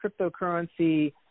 cryptocurrency